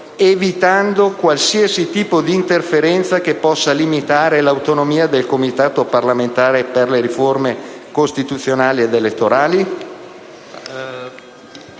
evitando qualsiasi tipo di interferenza che possa limitare l'autonomia del Comitato parlamentare per le riforme costituzionali ed elettorali.